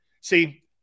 See